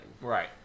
right